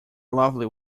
lovely